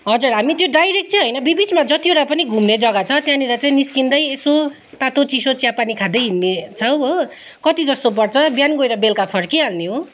हजर हामी त्यो डाइरेक्ट होइन बिच बिचमा जतिवटा पनि घुम्ने जग्गा छ त्यहाँनिर निस्किँदै यसो तातो चिसो चिया पानी खाँदै हिँड्ने छौँ हो कति जस्तो पर्छ बिहान गएर बेलुका फर्किहाल्ने हो